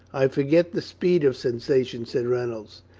i forget the speed of sensation, said reynolds.